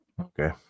Okay